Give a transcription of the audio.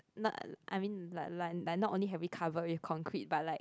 not I mean like like like not only have we covered with concrete but like